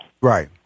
right